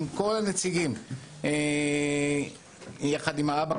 עם כל הנציגים יחד עם האבא.